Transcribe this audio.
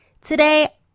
Today